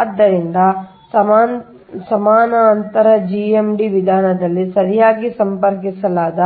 ಆದ್ದರಿಂದ ಸಮಾನಾಂತರ GMD ವಿಧಾನದಲ್ಲಿ ಸರಿಯಾಗಿ ಸಂಪರ್ಕಿಸಲಾದ